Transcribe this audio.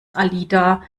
alida